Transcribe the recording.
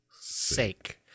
sake